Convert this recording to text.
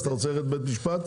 אתה רוצה ללכת לבית משפט?